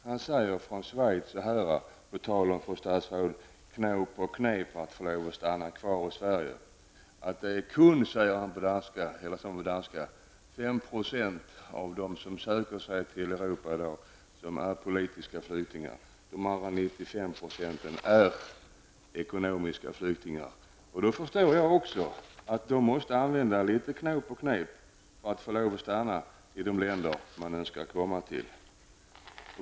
Jonas Widgren säger, på tal om knåp och knep för att få lov att stanna kvar i Sverige, att det är kun 5 % av dem som i dag söker sig till 95 % är ekonomiska flyktingar. Då förstår även jag att de måste använda litet knåp och knep för att få lov att stanna i de länder dit de önskar komma.